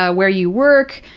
ah where you work,